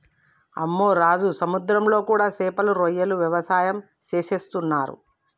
అమ్మె రాజు సముద్రంలో కూడా సేపలు రొయ్యల వ్యవసాయం సేసేస్తున్నరు